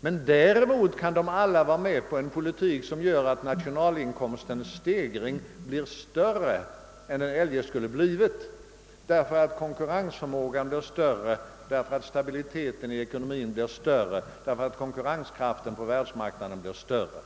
bättre. Däremot kan alla vara med på en politik som gör att nationalinkomstens stegring blir större än den eljest skulle ha blivit, därför att konkurrensförmågan och konkurrenskraften på världsmarknaden blir större och ekonomin mera stabil.